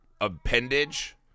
appendage